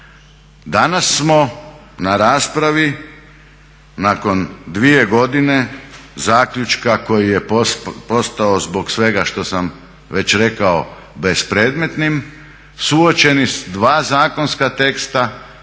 Danas smo na raspravi nakon 2 godine zaključka koji je postao zbog svega što sam već rekao bespredmetnim suočeni s dva zakonska teksta